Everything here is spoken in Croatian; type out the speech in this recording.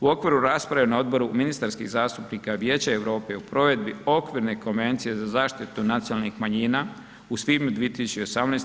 U okviru rasprave na odboru ministarskih zastupnika vijeća Europe o provedbi okvirne Konvencije za zaštitu nacionalnih manjina u svibnju 2018.